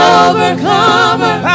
overcomer